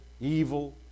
evil